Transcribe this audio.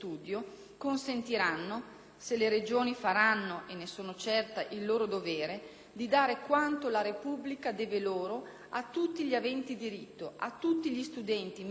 (se le Regioni faranno, e ne sono certa, il loro dovere) di dare quanto la Repubblica deve loro a tutti gli aventi diritto, a tutti gli studenti meritevoli e privi di mezzi.